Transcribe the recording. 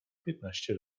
piętnaście